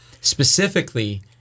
specifically